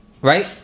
right